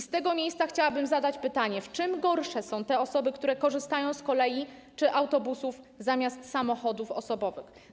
Z tego miejsca chciałabym zadać pytanie, w czym gorsze są osoby, które korzystają z kolei czy autobusów zamiast samochodów osobowych.